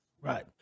right